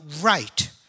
right